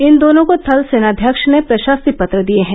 इन दोनों को थल सेनाध्यक्ष ने प्रशस्ति पत्र दिए हैं